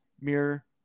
mirror